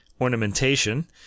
ornamentation